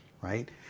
Right